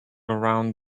around